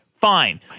Fine